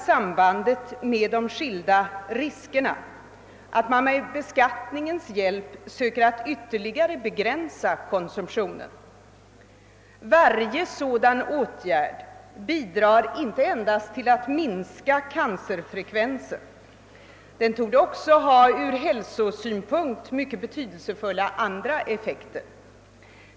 Sambandet med de skilda riskerna motiverar tvärtom att man med beskattningens hjälp söker ytterligare begränsa konsumtionen. Varje sådan åtgärd bidrar inte endast till att minska cancerfrekvensen; den torde också ha ur hälsosynpunkt mycket betydelsefulla andra effekter.